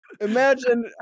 Imagine